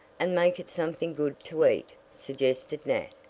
and make it something good to eat, suggested nat.